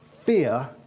fear